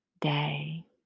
Day